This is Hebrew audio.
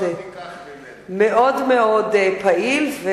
מאוד פעיל, את זה לא ניקח ממנו.